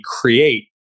create